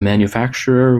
manufacturer